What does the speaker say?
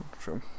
True